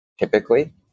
typically